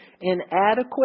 inadequate